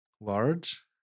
Large